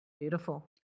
Beautiful